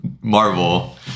marvel